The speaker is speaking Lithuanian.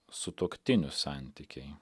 sutuoktinių santykiai